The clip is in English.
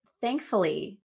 thankfully